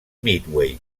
midway